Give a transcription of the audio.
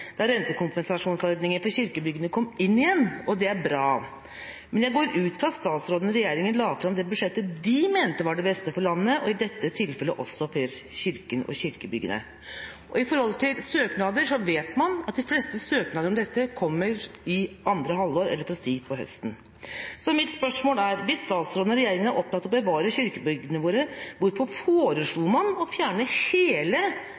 for kirkebyggene kom inn igjen. Det er bra. Men jeg går ut fra at statsråden og regjeringa la fram det budsjettet de mente var det beste for landet, og i dette tilfellet også for Kirken og kirkebyggene. Man vet at de fleste søknadene om dette kommer i andre halvår, eller på høsten. Mitt spørsmål er: Hvis statsråden og regjeringa er opptatt av å bevare kirkebyggene våre, hvorfor foreslo man å fjerne hele